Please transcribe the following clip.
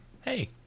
hey